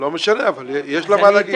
לא משנה, אבל יש לה מה לומר.